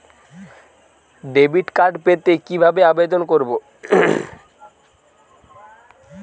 Debit card পেতে কি ভাবে আবেদন করব?